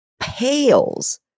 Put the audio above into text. pales